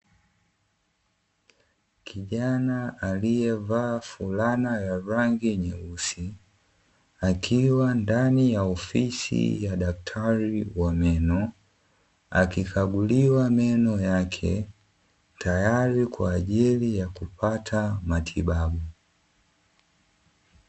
Kijana aliyevaa fulana ya rangi nyeusi akiwa ndani ya ofisi ya daktari wa meno, akikaguliwa meno yake tayari kwa ajili ya kupata matibabu.